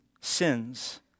sins